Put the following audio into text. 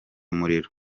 muriro